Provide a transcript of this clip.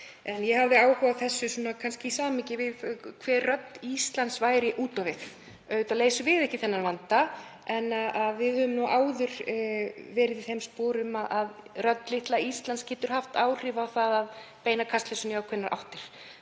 En ég hafði áhuga á þessu í samhengi við hver rödd Íslands væri út á við. Auðvitað leysum við ekki þennan vanda en við höfum áður verið í þeim sporum að rödd litla Íslands getur haft áhrif á það að beina kastljósinu í ákveðnar áttir,